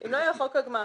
אם לא יהיה חוק הגמ"חים